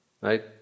right